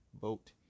vote